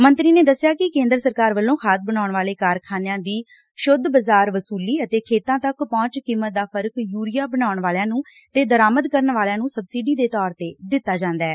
ਮੰਤਰੀ ਨੇ ਦਸਿਆ ਕਿ ਕੇਂਦਰ ਸਰਕਾਰ ਵੱਲੋਂ ਖਾਦ ਬਣਾਉਣ ਵਾਲੇ ਕਾਰਖਾਨਿਆਂ ਦੀ ਕੁਲ ਸੁਧ ਬਜ਼ਾਰ ਵਸੁਲੀ ਅਤੇ ਖੇਤਾਂ ਤੱਕ ਪਹੁੰਚ ਦੀ ਕੀਮਤ ਦਾ ਫਰਕ ਯੁਰੀਆ ਬਣਾਉਣ ਵਾਲਿਆਂ ਨੂੰ ਅਤੇ ਦਰਾਮਦ ਕਰਨ ਵਾਲਿਆਂ ਨੂੰ ਸਬਸਿਡੀ ਦੇ ਤੌਰ ਤੇ ਦਿੱਤਾ ਜਾਂਦੈ